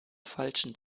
falschen